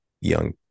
young